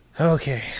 Okay